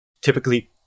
typically